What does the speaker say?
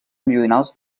meridionals